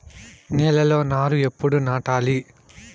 నేలలో నారు ఎప్పుడు నాటాలి?